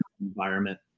environment